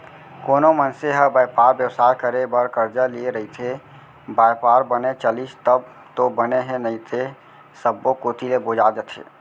कोनो मनसे ह बयपार बेवसाय करे बर करजा लिये रइथे, बयपार बने चलिस तब तो बने हे नइते सब्बो कोती ले बोजा जथे